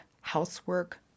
housework